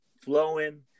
flowing